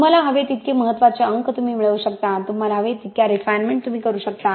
तुम्हाला हवे तितके महत्त्वाचे अंक तुम्ही मिळवू शकता तुम्हाला हवे तितक्या रिफाइनमेन्ट तुम्ही करू शकता